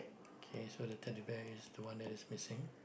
K so the teddy bear is the one that is missing